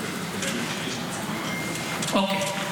--- אוקיי.